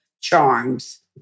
charms